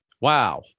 Wow